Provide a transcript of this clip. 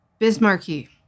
Bismarcky